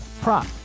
prop